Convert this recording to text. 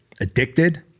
addicted